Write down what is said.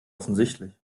offensichtlich